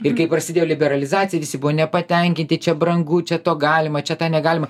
ir kai prasidėjo liberalizacija visi buvo nepatenkinti čia brangu čia to galima čia tą negalima